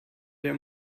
der